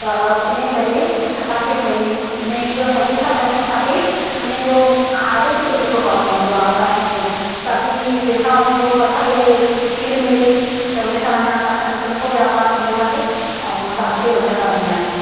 त इन करे असांखे भाई इन्हनि जो सभिनि खां पहिरों असांखे उन जो खाधो पीतो सुठो करिणो पवंदो आहे गाहिंयुनि जो ताकी जंहिं सां उन जो असांखे खीरु मिले त उन सां अञा असांजो सुठो व्यापार थींदो आहे ऐं असां अॻिते वधंदा वेंदा आहियूं